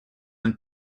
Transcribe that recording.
and